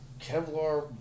Kevlar